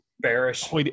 bearish